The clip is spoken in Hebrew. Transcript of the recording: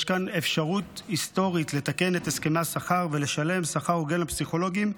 יש כאן אפשרות היסטורית לתקן את הסכמי השכר ולשלם שכר הוגן לפסיכולוגים,